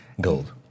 Gold